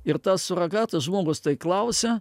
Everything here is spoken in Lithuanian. ir tas suragatas žmogus tai klausia